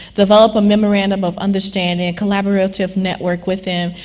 develop a memorandum of understanding, a collaborative network with them,